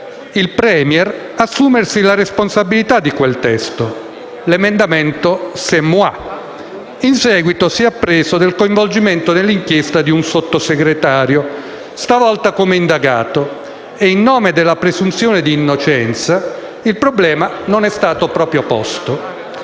il *Premier* assumersi la responsabilità di quel testo: "l'emendamento *c'est moi!"*; in seguito si è appreso del coinvolgimento nell'inchiesta di un Sottosegretario, stavolta come indagato e in nome della presunzione d'innocenza il problema non è stato proprio posto.